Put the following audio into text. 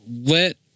let